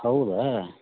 ಹೌದಾ